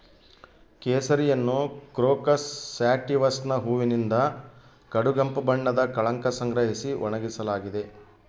ಕೇಸರಿಯನ್ನುಕ್ರೋಕಸ್ ಸ್ಯಾಟಿವಸ್ನ ಹೂವಿನಿಂದ ಕಡುಗೆಂಪು ಬಣ್ಣದ ಕಳಂಕ ಸಂಗ್ರಹಿಸಿ ಒಣಗಿಸಲಾಗಿದೆ